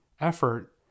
effort